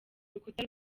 rukuta